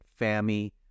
FAMI